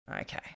Okay